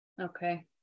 okay